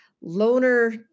loner